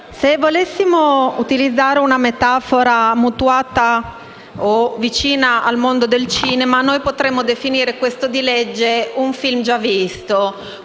se volessimo utilizzare una metafora vicina al mondo del cinema, noi potremmo definire il testo di legge in esame un film già visto,